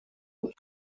und